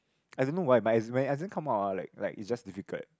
I don't know why but it doesn't come out ah like like it's just difficult